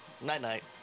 Night-night